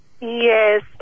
Yes